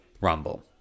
Rumble